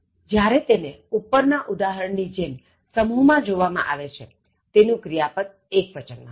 વપરાતું જ્યારે તેને ઉપર ના ઉદાહરણની જેમ સમૂહ માં જોવા માં આવે છે તેનું ક્રિયાપદ એક્વચન માં હોય છે